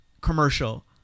commercial